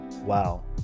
wow